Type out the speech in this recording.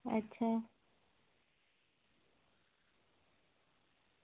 अच्छा